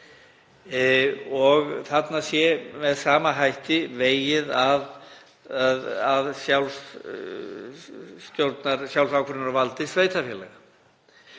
og þarna sé með sama hætti vegið að sjálfsákvörðunarvaldi sveitarfélaga